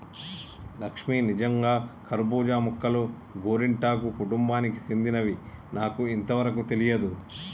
లక్ష్మీ నిజంగా కర్బూజా మొక్కలు గోరింటాకు కుటుంబానికి సెందినవని నాకు ఇంతవరకు తెలియదు